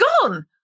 gone